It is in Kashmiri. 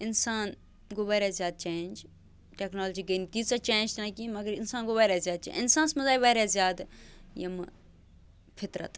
اِنسان گوٚو واریاہ زیادٕ چینج ٹیٚکنالجی گٔے نہٕ تیٖژاہ چینج تہِ نہَ کِہیٖنٛۍ مگر اِنسان گوٚو واریاہ زیادٕ چینج اِنسانَس منٛز آیہِ واریاہ زیادٕ یِمہٕ فِطرت